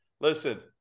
listen